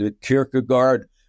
Kierkegaard